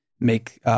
make